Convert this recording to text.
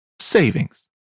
savings